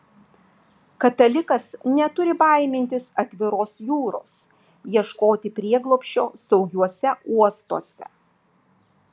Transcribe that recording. katalikas neturi baimintis atviros jūros ieškoti prieglobsčio saugiuose uostuose